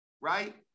right